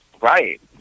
right